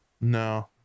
No